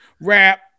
rap